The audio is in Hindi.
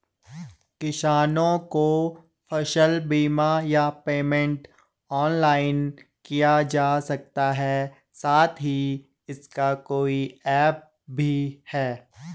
किसानों को फसल बीमा या पेमेंट ऑनलाइन किया जा सकता है साथ ही इसका कोई ऐप भी है?